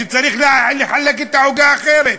שצריך לחלק את העוגה אחרת,